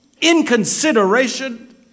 inconsideration